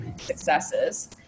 successes